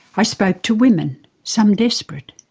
i spoke to women some desperate,